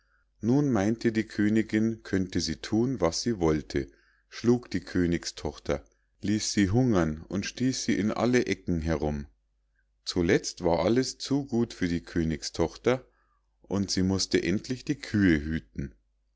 nun meinte die königinn könnte sie thun was sie wollte schlug die königstochter ließ sie hungern und stieß sie in alle ecken herum zuletzt war alles zu gut für die königstochter und sie mußte endlich die kühe hüten